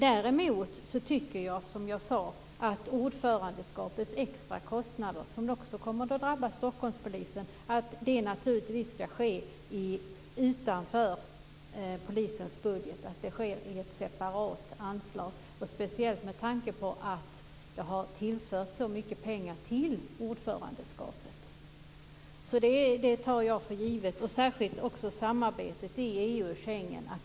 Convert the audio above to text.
Däremot tycker jag, som jag sade, att ordförandeskapets extra kostnader, som också kommer att drabba Stockholmspolisen, naturligtvis ska tillföras utanför polisens budget i ett separat anslag, speciellt med tanke på att det har tillförts så mycket pengar till ordförandeskapet. Det tar jag för givet. Särskilt gäller detta också samarbetet i EU och Schengen.